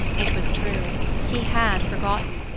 it was true he had forgotten.